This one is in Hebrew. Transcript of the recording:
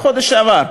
בחודש שעבר,